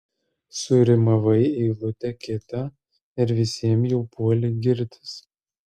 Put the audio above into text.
surimavai eilutę kitą ir visiems jau puoli girtis